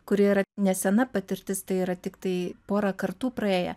kuri yra nesena patirtis tai yra tiktai porą kartų praėję